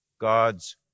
God's